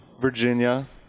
Virginia